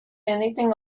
anything